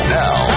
now